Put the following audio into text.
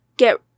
get